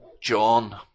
John